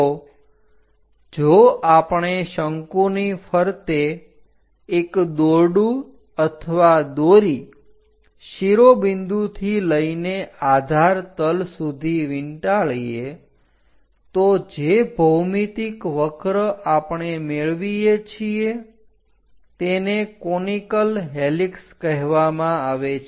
તો જો આપણે શંકુની ફરતે એક દોરડું અથવા દોરી શિરોબિંદુ થી લઈને આધાર તલ સુધી વીંટાળીએ તો જે ભૌમિતિક વક્ર આપણે મેળવીએ છીએ તેને કોનીકળ હેલિક્ષ કહેવામા આવે છે